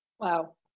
Wow